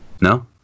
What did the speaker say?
No